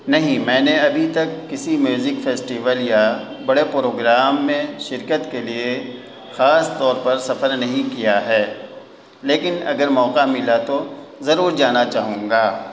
نہیں میں نے ابھی تک کسی میوزک فیسٹیول یا بڑے پروگرام میں شرکت کے لیے خاص طور پر سفر نہیں کیا ہے لیکن اگر موقع ملا تو ضرور جانا چاہوں گا